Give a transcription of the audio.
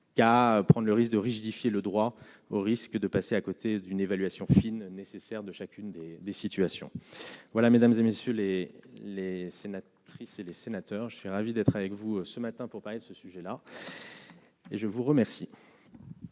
qu'à prendre le risque de rigidifier le droit. Au risque de passer à côté d'une évaluation fine nécessaire de chacune des situations voilà Mesdames et messieurs les, les, c'est triste, c'est les sénateurs je suis ravi d'être avec vous ce matin pour parler de ce sujet-là. Et je vous remercie.